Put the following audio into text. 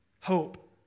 Hope